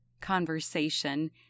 conversation